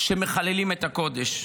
שמחללים את הקודש,